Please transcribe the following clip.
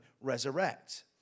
resurrect